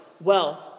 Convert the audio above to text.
wealth